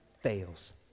fails